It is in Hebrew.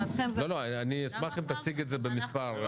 לא, אני אשמח אם תציג את זה במספר.